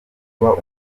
umugabo